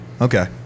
Okay